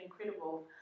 incredible